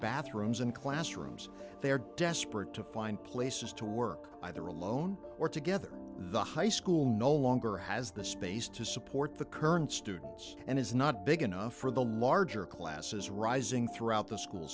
bathrooms and classrooms they're desperate to find places to work either alone or together the high school no longer has the space to support the current students and is not big enough for the larger classes rising throughout the school